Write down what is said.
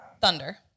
Thunder